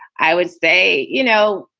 i would say, you know,